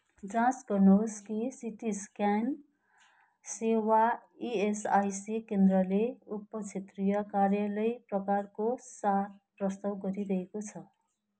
जाँच गर्नुहोस् कि सिटी स्क्यान सेवा इएसआइसी केन्द्रले उपक्षेत्रीय कार्यालय प्रकारको साथ प्रस्ताव गरिरहेको छ